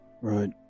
Right